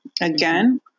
again